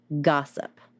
gossip